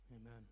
amen